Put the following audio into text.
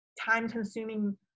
time-consuming